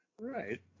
Right